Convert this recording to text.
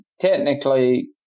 technically